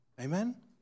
Amen